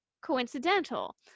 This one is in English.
coincidental